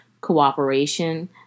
cooperation